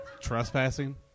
Trespassing